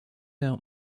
out